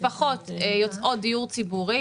משפחות יוצאות דיור ציבורי,